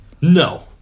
No